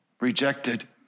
rejected